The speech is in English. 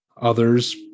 Others